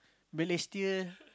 Balestier